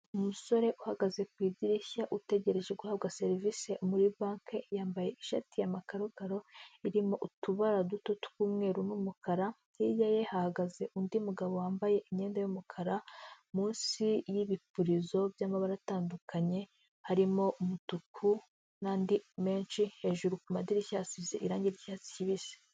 Umusore uhagaze ku idirishya utegereje guhabwa serivisi muri banki, yambaye ishati y'amakarokaro irimo utubara duto tw'umweru n'umukara, hirya ye hahagaze undi mugabo wambaye imyenda y'umukara, munsi y'ibipurizo by'amabara atandukanye harimo umutuku n'andi menshi, hejuru ku madirishya hasize irangi y'icyatsi kibisi.